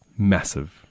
massive